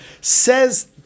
says